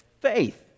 Faith